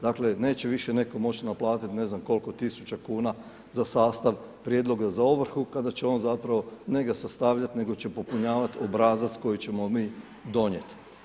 Dakle, neće više netko moći naplatit ne znam koliko tisuća kuna za sastav prijedloga za ovrhu kada će on zapravo ne ga sastavljat, nego će popunjavat obrazac koji ćemo mi donijeti.